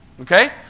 Okay